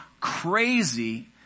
crazy